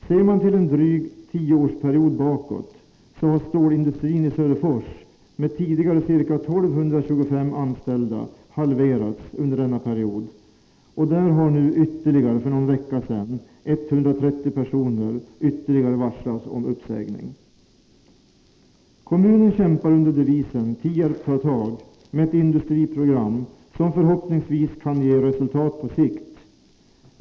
Ser man en dryg tioårsperiod bakåt i tiden kan man konstatera att stålindustrin i Söderfors, som då hade 1 225 anställda, har halverat sin personalstyrka under denna period, och där har för någon vecka sedan ytterligare 130 personer varslats om uppsägning. Kommunen kämpar under devisen ”Tierp tar tag” med ett industriprogram som förhoppningsvis kan ge resultat på sikt.